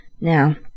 Now